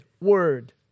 word